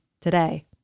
today